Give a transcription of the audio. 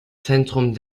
zentrum